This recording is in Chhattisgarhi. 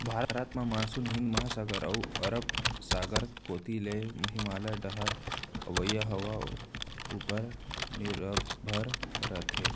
भारत म मानसून हिंद महासागर अउ अरब सागर कोती ले हिमालय डहर अवइया हवा उपर निरभर रथे